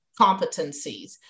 competencies